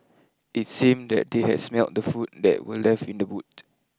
it seemed that they had smelt the food that were left in the boot